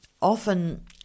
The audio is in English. often